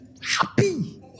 happy